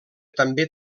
també